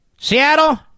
Seattle